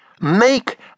make